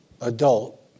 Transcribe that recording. adult